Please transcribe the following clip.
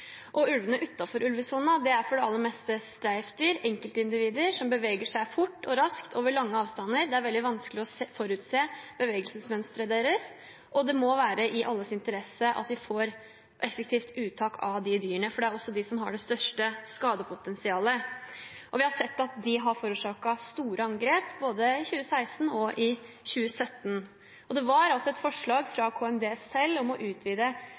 og ulvene utenfor ulvesonen er for det aller meste streifdyr, enkeltindivider som beveger seg fort og raskt over lange avstander. Det er veldig vanskelig å forutse bevegelsesmønsteret deres. Det må være i alles interesse at vi får effektivt uttak av de dyrene, for det er også de som har det største skadepotensialet. Vi har sett at de har forårsaket store angrep, både i 2016 og i 2017. Det var altså et forslag fra KMD selv om å utvide